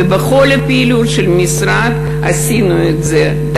ובכל הפעילות של המשרד עשינו את זה,